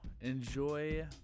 enjoy